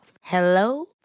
Hello